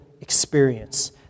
experience